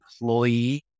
employee